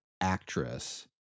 actress